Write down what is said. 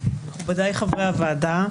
מכובדיי חברי הוועדה,